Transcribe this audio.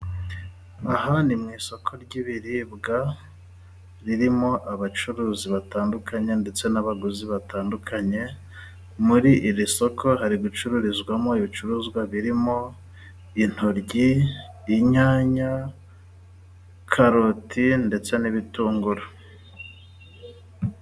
Aha ni mu isoko ry'ibiribwa， ririmo abacuruzi batandukanye ndetse n'abaguzi batandukanye， muri iri soko hari gucururizwamo ibicuruzwa， birimo intoryi， inyanya，karoti ndetse n'ibitunguru.